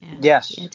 Yes